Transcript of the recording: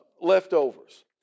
leftovers